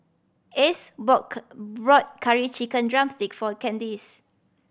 Ace bought Curry Chicken drumstick for Candice